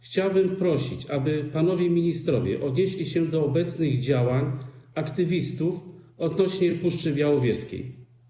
Chciałbym prosić, aby panowie ministrowie odnieśli się do obecnych działań aktywistów odnośnie do Puszczy Białowieskiej.